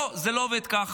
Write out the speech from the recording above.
לא, זה לא עובד ככה.